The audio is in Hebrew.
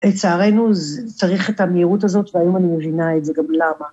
‫לצערנו, צריך את המהירות הזאת, ‫ואם אני מבינה את זה גם למה.